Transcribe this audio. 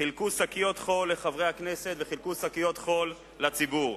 חילקו שקיות חול לחברי הכנסת וחילקו שקיות חול לציבור,